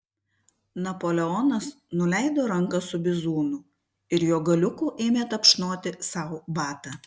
napoleonas nuleido ranką su bizūnu ir jo galiuku ėmė tapšnoti sau batą